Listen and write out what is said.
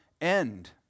end